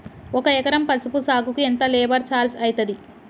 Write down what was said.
ఒక ఎకరం పసుపు సాగుకు ఎంత లేబర్ ఛార్జ్ అయితది?